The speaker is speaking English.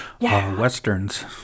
Westerns